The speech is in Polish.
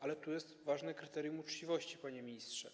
Ale tu jest ważne kryterium uczciwości, panie ministrze.